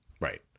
Right